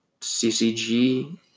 CCG